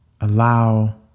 Allow